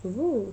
oo